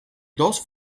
dos